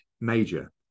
major